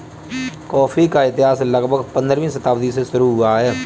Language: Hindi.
कॉफी का इतिहास लगभग पंद्रहवीं शताब्दी से शुरू हुआ है